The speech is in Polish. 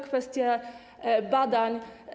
Kwestia badań.